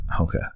Okay